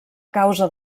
causa